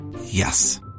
Yes